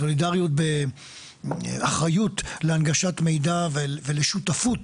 סולידריות באחריות להנגשת מידע ולשותפות